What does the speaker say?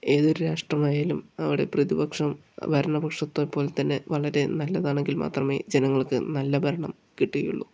ഏതൊരു രാഷ്ട്രമായാലും അവിടെ പ്രതിപക്ഷവും ഭരണപക്ഷത്തെ പോലെത്തന്നെ വളരെ നല്ലതാണെങ്കിൽ മാത്രമേ ജനങ്ങൾക്ക് നല്ല ഭരണം കിട്ടുകയുള്ളു